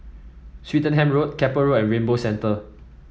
Swettenham Road Keppel Road and Rainbow Centre